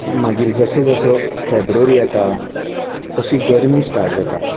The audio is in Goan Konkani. मागीर जसो जसो फेब्ररी येता तशी गर्मी स्टार्ट जाता